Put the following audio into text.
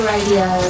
Radio